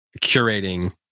curating